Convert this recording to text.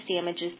damages